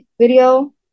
video